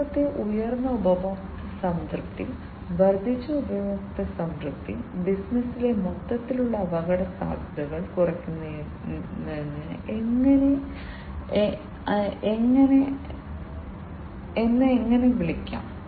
മൂന്നാമത്തേത് ഉയർന്ന ഉപഭോക്തൃ സംതൃപ്തി വർദ്ധിച്ച ഉപഭോക്തൃ സംതൃപ്തി ബിസിനസ്സിലെ മൊത്തത്തിലുള്ള അപകടസാധ്യതകൾ കുറയ്ക്കുന്നതിന് എന്നെ അങ്ങനെ വിളിക്കാം